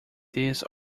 this